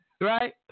Right